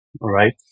right